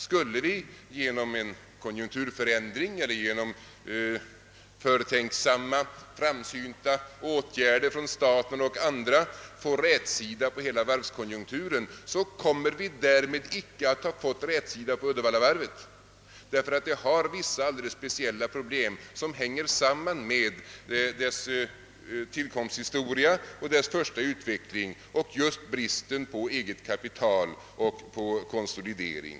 även om det genom en konjunkturförändring eller genom förtänksamma framsynta åtgärder från statens och andras sida skulle gå att få rätsida på hela varvskonjunkturen, har vi därmed icke fått rätsida på Uddevallavarvet, därför att det har vissa alldeles speciella problem att brottas med som hänger samman med dess tillkomsthistoria, dess första utveckling, bristen på eget kapital och på konsolidering.